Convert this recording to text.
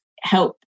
help